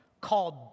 called